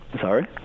Sorry